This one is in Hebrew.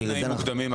אין תנאים מוקדמים.